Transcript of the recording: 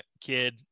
kid